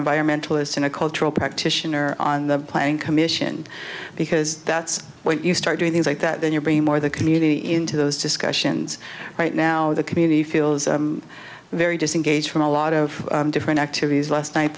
environmentalist and a cultural practitioner on the plane commission because that's when you start doing things like that then you bring more the community into those discussions right now the community feels very disengaged from a lot of different activities last night